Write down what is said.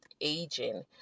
aging